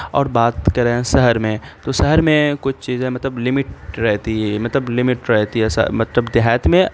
اور بات کریں شہر میں تو شہر میں کچھ چیزیں مطلب لمٹ رہتی ہے مطلب لمٹ رہتی ہے مطلب دیہات میں